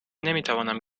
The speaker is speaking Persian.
نمیتوانم